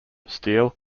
steel